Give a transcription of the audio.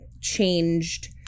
changed